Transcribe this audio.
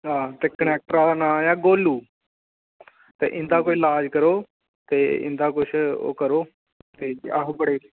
ते कंडक्टर दा नाम ऐ गोलू ते इंदा कोई लाज़ करो ते इंदा किश करो ते अस गरीब